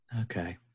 okay